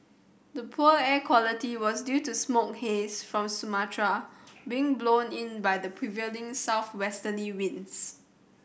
the poor air quality was due to smoke haze from Sumatra being blown in by the prevailing southwesterly winds